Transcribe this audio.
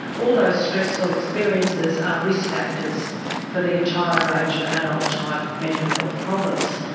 all those stressful experiences are risk factors for the entire range of adult type mental health problems.